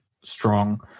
strong